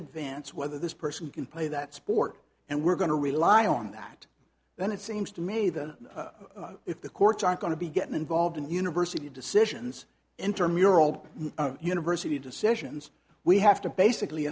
advance whether this person can play that sport and we're going to rely on that then it seems to me that if the courts aren't going to be getting involved in university decisions intermural university decisions we have to basically